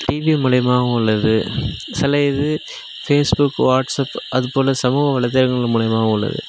TV மூலயமாக உள்ளது சில இது ஃபேஸ்புக் வாட்சப் அதுபோல் சமூக வளைத்தளங்கள் மூலயமாகவும் உள்ளது